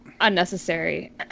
unnecessary